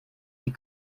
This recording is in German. die